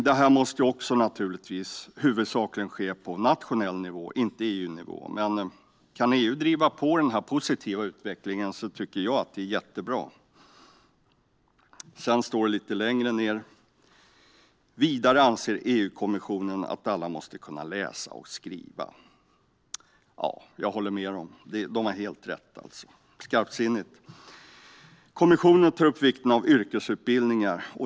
Detta måste naturligtvis huvudsakligen ske på nationell nivå, inte på EU-nivå. Men om EU kan driva på denna positiva utveckling tycker jag att det är jättebra. Lite längre ned står det: Vidare anser EU-kommissionen att alla måste kunna läsa och skriva. Jag håller med EU om det. Man har helt rätt. Det är skarpsinnigt. Kommissionen tar upp vikten av yrkesutbildningar.